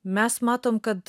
mes matom kad